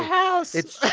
house it's